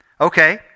Okay